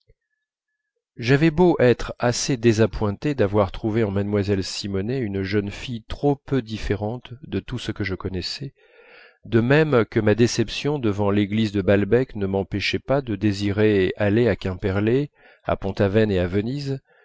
j'avais beau être assez désappointé d'avoir trouvé en mlle simonet une jeune fille trop peu différente de tout ce que je connaissais de même que ma déception devant l'église de balbec ne m'empêchait pas de désirer aller à quimperlé à pont aven et à venise